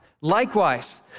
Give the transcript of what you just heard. Likewise